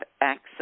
access